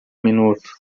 minuto